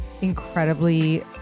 incredibly